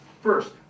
First